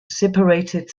separated